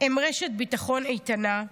הם רשת ביטחון איתנה,